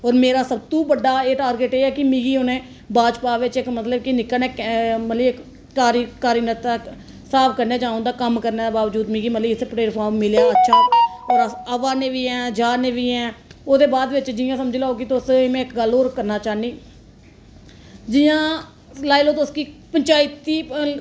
होर मेरा सब तू बड्डा टारगेट एह् ऐ कि मिगी उ'नें भाजपा बिच्च मतलब कि इक निक्का नेहा मतलब कि इक कार्यनर्ता इक स्हाब कन्नै जां उं'दा कम्म करने दे बावजूद इत्थें मिगी मतलब कि इत्थें प्लेटफार्म मिले दा अच्छा होर अस आवा ने बी हैन जा नै बी हैन ओह्दे बाद जियां कि तुस समझी लैओ तुस में इक गल्ल होर करना चाह्न्नी जियां लाई लैओ कि तुस पंचैत